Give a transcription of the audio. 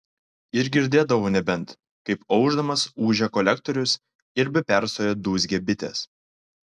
ir girdėdavau nebent kaip aušdamas ūžia kolektorius ir be perstojo dūzgia bitės